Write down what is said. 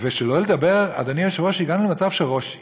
שלא לדבר, אדוני היושב-ראש, שהגענו למצב שראש עיר,